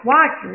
Watch